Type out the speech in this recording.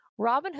Robinhood